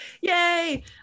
Yay